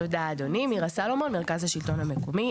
תודה אדוני, מירה סלומון, מרכז השלטון המקומי.